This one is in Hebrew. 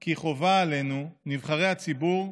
כי חובה עלינו, נבחרי הציבור,